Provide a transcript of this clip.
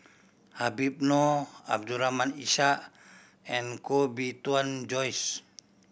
Habib Noh Abdul Rahim Ishak and Koh Bee Tuan Joyce